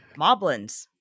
Moblins